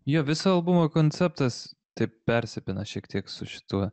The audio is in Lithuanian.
jo viso albumo konceptas taip persipina šiek tiek su šituo